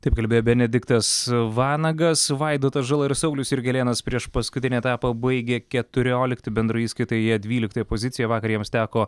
taip kalbėjo benediktas vanagas vaidotas žala ir saulius jurgelėnas priešpaskutinį etapą baigė keturiolikti bendroje įskaitoje jie dvyliktoje pozicijoje vakar jiems teko